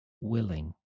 willing